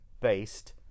based